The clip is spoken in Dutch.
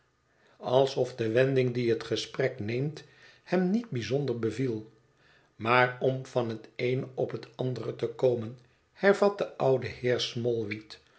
alsof de wending die het gesprek neemt hem niet bijzonder beviel maar om van het eene op het andere te komen hervat de oude heer